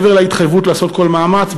מעבר להתחייבות לעשות כל מאמץ,